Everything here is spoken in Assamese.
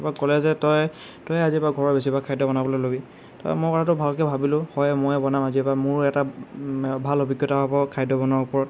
তাৰ পৰা ক'লে যে তই তয়েই আজিৰ পৰা ঘৰৰ বেছিভাগ খাদ্য বনাবলৈ ল'বি তাত মই কথাটো ভালকৈ ভাবিলোঁ হয় ময়েই বনাম আজিৰ পৰা মোৰ এটা ভাল অভিজ্ঞতা হ'ব খাদ্য বনোৱাৰ ওপৰত